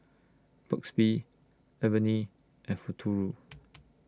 Burt's Bee Avene and Futuro